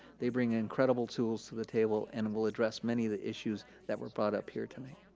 they bring incredible tools to the table and will address many of the issues that were brought up here tonight.